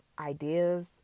ideas